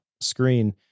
screen